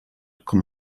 com